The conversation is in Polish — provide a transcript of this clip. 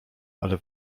ale